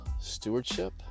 Stewardship